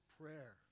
prayer